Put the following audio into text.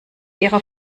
ihrer